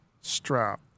strap